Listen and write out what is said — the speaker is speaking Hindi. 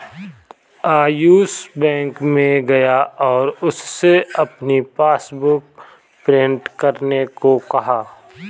आयुष बैंक में गया और उससे अपनी पासबुक प्रिंट करने को कहा